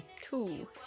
Two